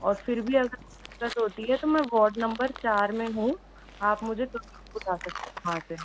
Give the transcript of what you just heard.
और फिर भी अगर कोई दिक्कत होती है तो मैं वार्ड नंबर चार में हूँ आप मुझे तुरंत बुला सकती हैं वहां से